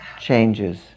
changes